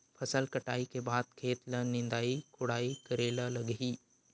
फसल कटाई के बाद खेत ल निंदाई कोडाई करेला लगही?